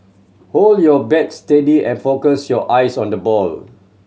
hold your bat steady and focus your eyes on the ball